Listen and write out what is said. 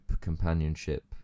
companionship